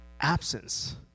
absence